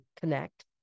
connect